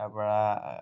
তাৰ পৰা